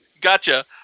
gotcha